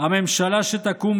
הממשלה שתקום,